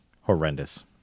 horrendous